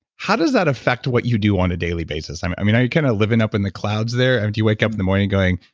how does that affect what you do on a daily basis? are you know you kind of living up in the clouds there? um do you wake up in the morning going,